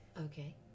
Okay